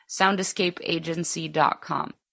soundescapeagency.com